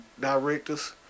directors